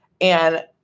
and-